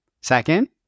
Second